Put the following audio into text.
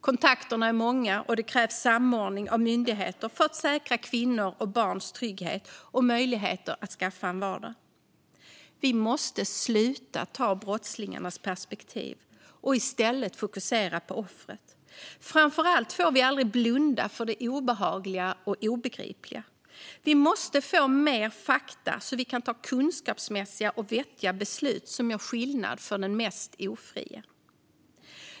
Kontakterna är många, och det krävs samordning av myndigheter för att säkra kvinnors och barns trygghet och möjligheter att skaffa en vardag. Vi måste sluta att ha brottslingarnas perspektiv och i stället fokusera på offret. Framför allt får vi aldrig blunda för det obehagliga och obegripliga. Vi måste få mer fakta så att vi kan ta kunskapsmässiga och vettiga beslut som gör skillnad för de mest ofria.